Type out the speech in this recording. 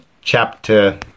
chapter